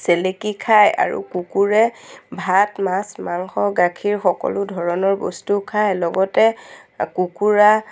চেলেকি খায় আৰু কুকুৰে ভাত মাছ মাংস গাখীৰ সকলো ধৰণৰ বস্তু খায় লগতে কুকুৰা